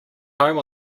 home